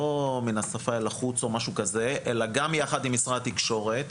לא מן השפה אל החוץ או משהו כזה אלא גם יחד עם משרד התקשורת,